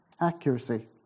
accuracy